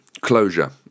closure